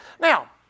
Now